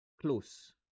Close